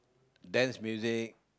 dance music